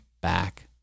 back